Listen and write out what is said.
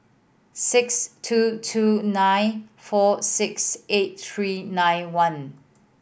six two two nine four six eight three nine one